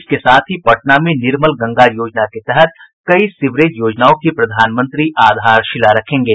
इसके साथ ही पटना में निर्मल गंगा योजना के तहत कई सिवरेज योजनाओं की प्रधानमंत्री आधारशिला रखेंगे